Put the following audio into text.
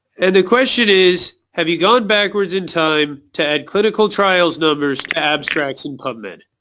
and the question is, have you gone backwards in time to add clinical trials numbers to abstracts in pubmed.